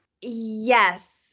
Yes